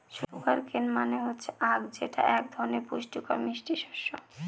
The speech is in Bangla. সুগার কেন মানে হচ্ছে আঁখ যেটা এক ধরনের পুষ্টিকর মিষ্টি শস্য